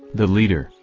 the leader,